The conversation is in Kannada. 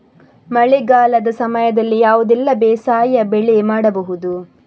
ಮಳೆಗಾಲದ ಸಮಯದಲ್ಲಿ ಯಾವುದೆಲ್ಲ ಬೇಸಾಯ ಬೆಳೆ ಮಾಡಬಹುದು?